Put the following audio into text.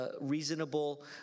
reasonable